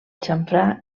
xamfrà